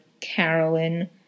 Carolyn